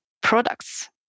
products